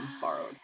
borrowed